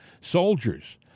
soldiers